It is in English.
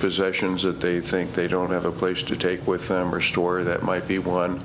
possessions that they think they don't have a place to take with them or store that might be one